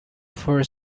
for